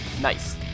Nice